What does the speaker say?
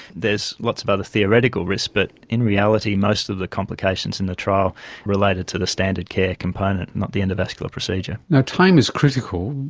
lots of other theoretical risks but in reality most of the complications in the trial related to the standard care component, not the endovascular procedure. you know time is critical,